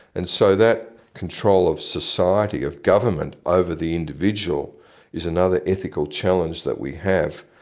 and so that control of society, of government, over the individual is another ethical challenge that we have.